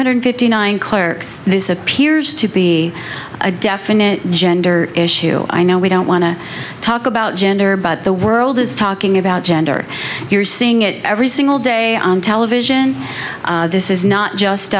hundred fifty nine clerks this appears to be a definite gender issue i know we don't want to talk about gender but the world is talking about gender you're seeing it every single day on television this is not just